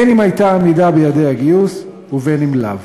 בין אם הייתה עמידה ביעדי הגיוס ובין אם לאו.